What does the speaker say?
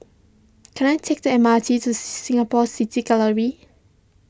can I take the M R T to Singapore City Gallery